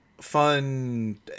fun